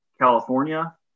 California